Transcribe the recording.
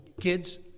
kids